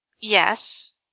yes